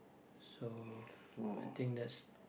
so I think that's